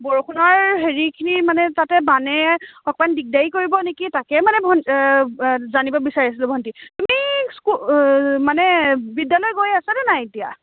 বৰষুণৰ হেৰিখিনি মানে তাতে বানে অকণমান দিগদাৰী কৰিব নেকি তাকে মানে জানিব বিচাৰিছিলোঁ ভণ্টি তুমি মানে বিদ্যালয় গৈ আছানে নাই এতিয়া